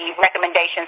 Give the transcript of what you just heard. recommendations